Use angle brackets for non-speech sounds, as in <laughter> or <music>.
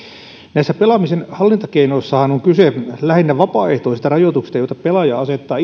näissä pelaamisen hallintakeinoissahan on kyse lähinnä vapaaehtoisista rajoituksista joita pelaaja asettaa <unintelligible>